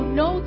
no